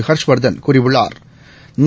ஹா்ஷவா்தன் கூறியுள்ளாா்